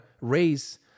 raise